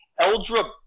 Eldra